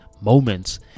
moments